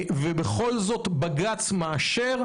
בכל זאת, בג"ץ מאשר,